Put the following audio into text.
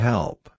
Help